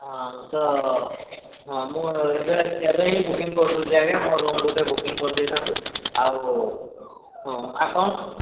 ହଁ ତ ହଁ ମୁଁ ଏବେ ଏବେ ହିଁ ବୁକିଂ କରିଦଉଛି ଆଜ୍ଞା ମୋ ରୁମ୍ ଗୋଟେ ବୁକିଂ କରିଦେଇଥାନ୍ତୁ ଆଉ ହଁ ଆଉ କ'ଣ